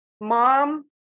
Mom